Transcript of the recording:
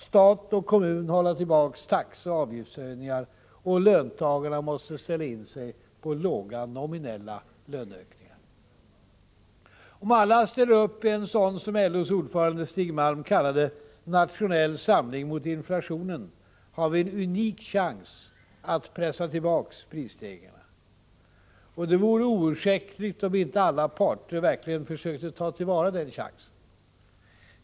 Stat och kommun måste hålla tillbaka taxeoch avgiftshöjningarna, och löntagarna måste ställa in sig på låga nominella löneökningar. Om alla ställer upp i en sådan — som LO:s ordförande Stig Malm kallat det —- ”nationell samling mot inflationen”, har vi en unik chans att pressa tillbaka prisstegringarna. Det vore oursäktligt om inte alla parter verkligen försökte ta till vara den chansen.